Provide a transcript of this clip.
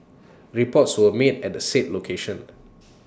reports were made at the said location